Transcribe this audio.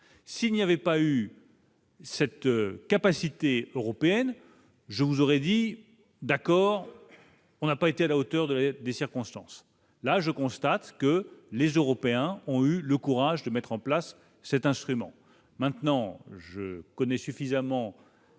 s'il n'y avait pas eu. Cette capacité européenne, je vous aurais dit d'accord, on n'a pas été à la hauteur de l'année des circonstances là je constate que les Européens ont eu le courage de mettre en place cet instrument maintenant je connais suffisamment.